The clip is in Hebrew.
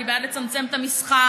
אני בעד לצמצם את המסחר.